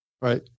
right